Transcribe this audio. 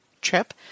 trip